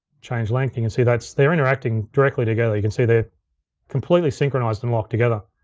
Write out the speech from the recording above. change length, you can see that's, they're interacting directly together. you can see they're completely synchronized and locked together.